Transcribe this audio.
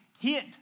hit